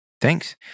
thanks